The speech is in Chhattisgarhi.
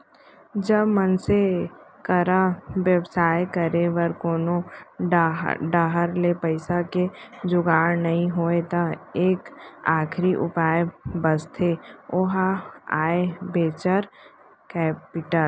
जब मनसे करा बेवसाय करे बर कोनो डाहर ले पइसा के जुगाड़ नइ होय त एक आखरी उपाय बचथे ओहा आय वेंचर कैपिटल